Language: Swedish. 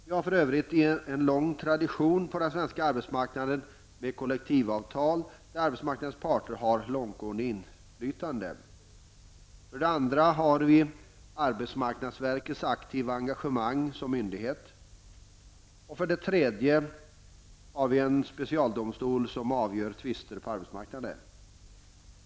Vi har för övrigt en lång tradition på den svenska arbetsmarknaden med kollektivavtal där arbetsmarknadens parter har långtgående inflytande. För det andra har vi arbetsmarknadsverkets aktiva engagemang som myndighet. För det tredje har vi en specialdomstol som avgör tvister på arbetsmarknaden.